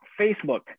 Facebook